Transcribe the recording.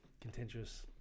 contentious